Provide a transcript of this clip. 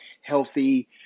healthy